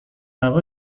هوا